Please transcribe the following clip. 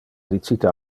dicite